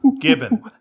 Gibbon